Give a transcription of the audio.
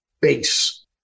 base